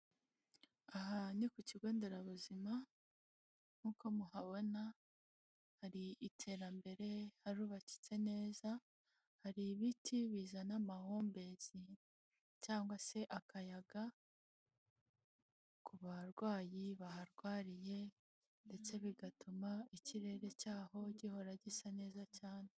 Aha ni ku kigo nderabuzima nk'uko muhabona hari iterambere harubakitse neza, hari ibiti bizana amahumbezi, cyangwa se akayaga ku barwayi baharwariye, ndetse bigatuma ikirere cyaho gihora gisa neza cyane.